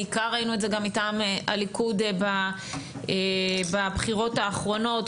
בעיקר ראינו את זה מטעם הליכוד בבחירות האחרונות,